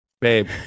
babe